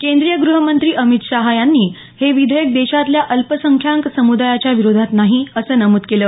केंद्रीय गृहमंत्री अमित शहा यांनी हे विधेयक देशातल्या अल्पसंख्याक समुदायाच्या विरोधात नाही असं नमूद केलं